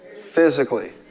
physically